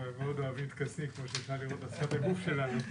2021, ועדת החוץ והביטחון.